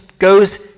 goes